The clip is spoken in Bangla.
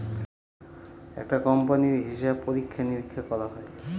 একটা কোম্পানির হিসাব পরীক্ষা নিরীক্ষা করা হয়